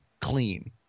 clean